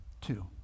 Two